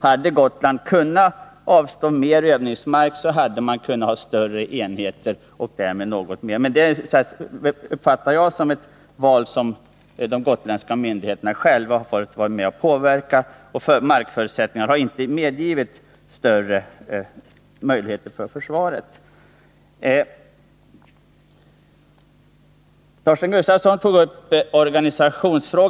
Hade Gotland kunnat avstå mer övningsmark, hade man kunnat ha större enheter där. Men detta uppfattar jag som ett val som de gotländska myndigheterna själva har varit med om att påverka. Markförutsättningarna har inte varit sådana att de medgivit större övningsfält för försvaret. Torsten Gustafsson tog upp organisationsfrågan.